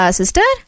sister